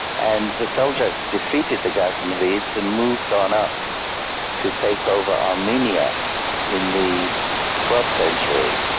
and the seljuk defeated the gaznavids and moved on up to take over armenia in the twelfth century.